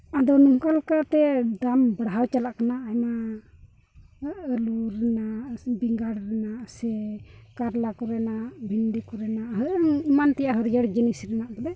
ᱟᱫᱚ ᱱᱚᱝᱠᱟ ᱞᱮᱠᱟᱛᱮ ᱫᱟᱢ ᱵᱟᱲᱦᱟᱣ ᱪᱟᱞᱟᱜ ᱠᱟᱱᱟ ᱟᱭᱢᱟ ᱟᱹᱞᱩ ᱨᱮᱱᱟᱜ ᱵᱮᱸᱜᱟᱲ ᱨᱮᱱᱟᱜ ᱥᱮ ᱠᱟᱨᱞᱟ ᱠᱚᱨᱮᱱᱟᱜ ᱵᱷᱮᱱᱰᱤ ᱠᱚᱨᱮᱱᱟᱜ ᱦᱟᱹᱨ ᱮᱢᱟᱱ ᱛᱮᱭᱟᱜ ᱦᱟᱹᱨᱭᱟᱹᱲ ᱡᱤᱱᱤᱥ ᱵᱚᱞᱮ